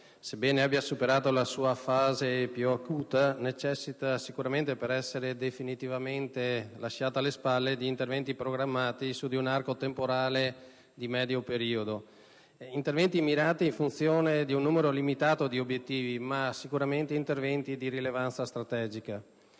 sebbene abbia superato la sua fase più acuta, necessita, per essere definitivamente lasciata alle spalle, di interventi programmati su un arco temporale di medio periodo e mirati in funzione di un numero di obiettivi limitato, ma di rilevanza strategica.